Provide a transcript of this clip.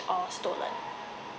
or stolen